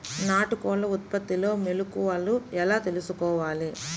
నాటుకోళ్ల ఉత్పత్తిలో మెలుకువలు ఎలా తెలుసుకోవాలి?